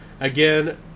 again